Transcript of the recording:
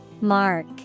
Mark